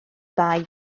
ddau